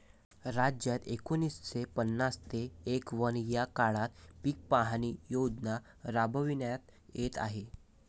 राज्यात एकोणीसशे पन्नास ते एकवन्न या काळात पीक पाहणी योजना राबविण्यात येत आहे